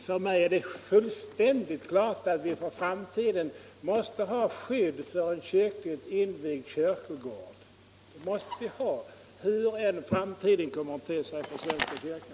För mig är det fullständigt klart att vi för framtiden måste ha skydd för en kyrkligt invigd kyrkogård. Det måste vi ha, hur än framtiden kommer att te sig för svenska kyrkan.